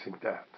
death